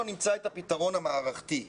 - אנחנו לא נמצא פתרון בכלל.